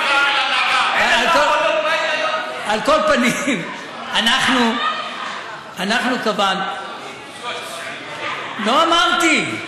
על כל פנים, אנחנו קבענו, לא אמרתי.